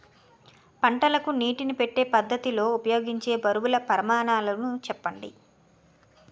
పంటలకు నీటినీ పెట్టే పద్ధతి లో ఉపయోగించే బరువుల పరిమాణాలు చెప్పండి?